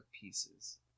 pieces